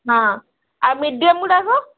ହଁ ଆଉ ମିଡିୟମ୍ଗୁଡ଼ାକ